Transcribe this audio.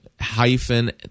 hyphen